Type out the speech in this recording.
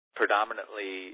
predominantly